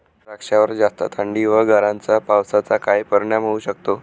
द्राक्षावर जास्त थंडी व गारांच्या पावसाचा काय परिणाम होऊ शकतो?